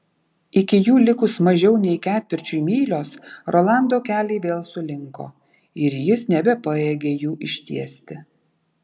iki jų likus mažiau nei ketvirčiui mylios rolando keliai vėl sulinko ir jis nebepajėgė jų ištiesti